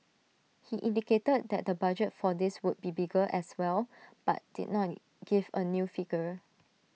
he indicated that the budget for this would be bigger as well but did not give A new figure